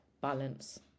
balance